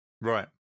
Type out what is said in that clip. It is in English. Right